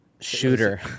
shooter